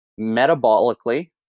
metabolically